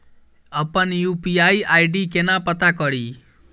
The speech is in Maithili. अप्पन यु.पी.आई आई.डी केना पत्ता कड़ी?